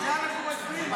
על זה אנחנו מצביעים.